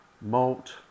malt